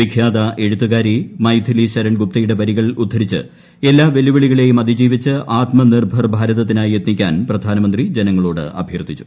വിഖ്യാത എഴുത്തുകാരി മൈഥിലി ശരൺ ഗുപ്തയുടെ വരികൾ ഉദ്ധരിച്ച് എല്ലാ വെല്ലുവിളികളേയും അതിജീവിച്ച് ആത്മനിർഭർ ഭാരതത്തിനായി യത്നിക്കാൻ പ്രധാനമന്ത്രി ജനങ്ങളോട് അഭ്യർത്ഥിച്ചു